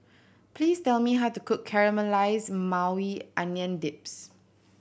please tell me how to cook Caramelized Maui Onion Dips